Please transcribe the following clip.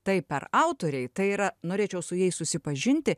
tai per autoriai tai yra norėčiau su jais susipažinti